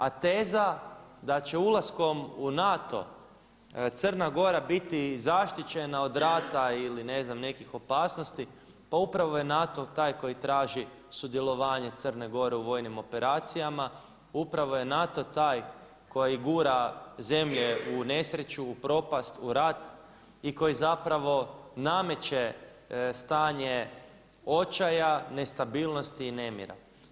A teza da će ulaskom u NATO Crna Gora biti zaštićena od rata ili ne znam nekih opasnosti, pa upravo je NATO koji traži sudjelovanje Crne Gore u vojnim operacijama, upravo je NATO taj koji gura zemlje u nesreću u propisat u rat i koji zapravo nameće stanje očaja, nestabilnosti i nemira.